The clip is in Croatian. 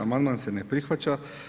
Amandman se ne prihvaća.